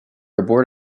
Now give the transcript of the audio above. abort